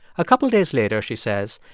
a couple days later, she says,